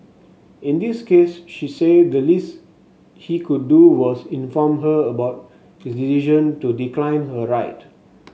in this case she said the least he could do was inform her about his decision to decline her ride